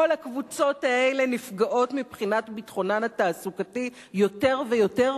כל הקבוצות האלה נפגעות מבחינת ביטחונן התעסוקתי יותר ויותר,